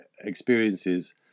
experiences